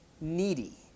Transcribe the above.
needy